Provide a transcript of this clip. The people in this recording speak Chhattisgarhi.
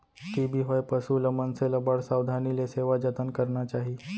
टी.बी होए पसु ल, मनसे ल बड़ सावधानी ले सेवा जतन करना चाही